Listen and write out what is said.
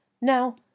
Now